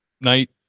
night